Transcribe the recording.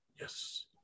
Yes